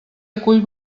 acull